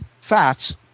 fats